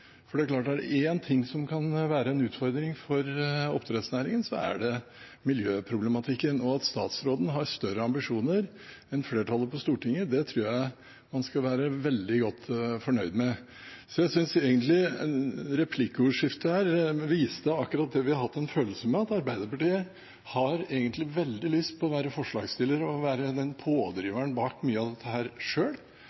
for det er klart at er det én ting som kan være en utfordring for oppdrettsnæringen, er det miljøproblematikken. At statsråden har større ambisjoner enn flertallet på Stortinget, tror jeg man skal være veldig godt fornøyd med. Jeg synes egentlig replikkordskiftet her viste akkurat det vi har hatt en følelse av: at Arbeiderpartiet egentlig har veldig lyst til å være forslagsstiller og å være pådriveren bak mye av dette